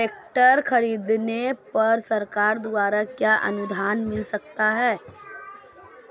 Tractor खरीदने पर सरकार द्वारा क्या अनुदान मिलता है?